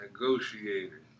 negotiator